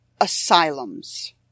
asylums